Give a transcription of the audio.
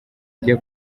ajya